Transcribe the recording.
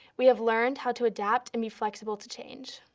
we have learned how to adapt and be flexible to change.